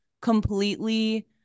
completely